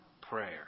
prayer